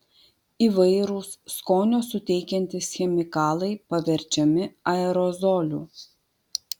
įvairūs skonio suteikiantys chemikalai paverčiami aerozoliu